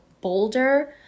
bolder